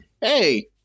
hey